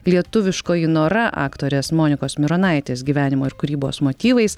lietuviškoji nora aktorės monikos mironaitės gyvenimo ir kūrybos motyvais